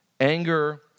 anger